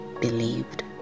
believed